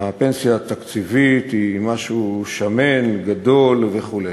שהפנסיה התקציבית היא משהו שמן, גדול וכו'.